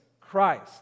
Christ